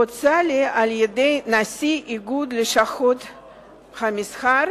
הוצע לי על-ידי נשיא איגוד לשכות המסחר,